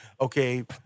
Okay